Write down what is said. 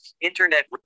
internet